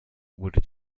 wurde